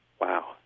wow